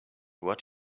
what